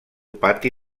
pati